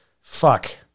Fuck